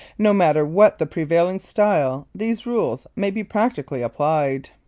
no matter what the prevailing style these rules may be practically applied.